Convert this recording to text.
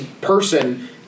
person